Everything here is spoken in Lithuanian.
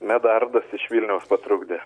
medardas iš vilniaus patrukdė